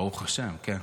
ברוך השם, כן.